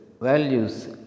values